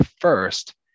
first